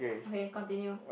okay continue